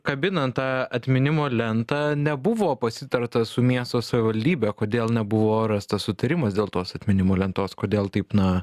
kabinant tą atminimo lentą nebuvo pasitarta su miesto savivaldybe kodėl nebuvo rastas sutarimas dėl tos atminimo lentos kodėl taip na